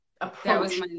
approach